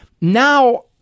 now